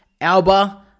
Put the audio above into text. Alba